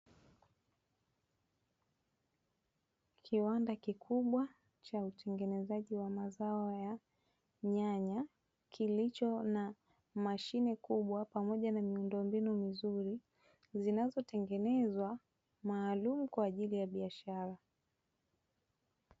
Kiwanda kikubwa cha utengenezaji wa mazao ya nyanya, kilicho na mashine kubwa pamoja na miundombinu mizuri, zinazotengenezwa maalumu kwa ajili ya biashara.